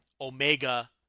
Omega